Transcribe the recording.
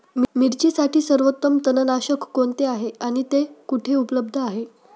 मिरचीसाठी सर्वोत्तम तणनाशक कोणते आहे आणि ते कुठे उपलब्ध आहे?